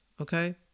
Okay